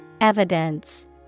Evidence